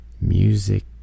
music